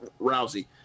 Rousey